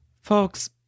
Folks